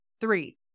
Three